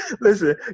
Listen